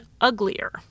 uglier